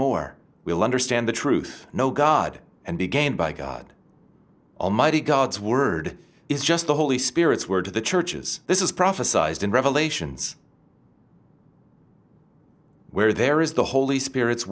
more will understand the truth no god and be gained by god almighty god's word is just the holy spirit's word to the churches this is prophesies in revelations where there is the holy spirit